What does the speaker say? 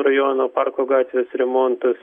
rajoną parko gatvės remontas